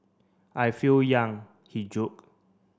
I feel young he joke